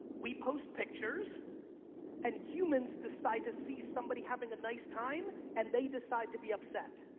we post pictures and humans decide to see somebody having a nice time and they decide to be upset.